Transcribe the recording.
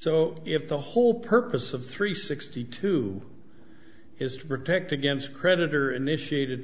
so if the whole purpose of three sixty two is to protect against creditor initiated